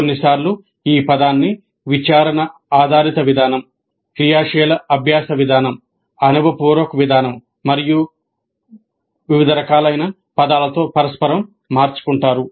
కొన్నిసార్లు ఈ పదాన్ని విచారణ ఆధారిత విధానం క్రియాశీల అభ్యాస విధానం అనుభవపూర్వక విధానం మరియు వివిధ రకాలైన పదాలతో పరస్పరం మార్చుకుంటారు